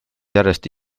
järjest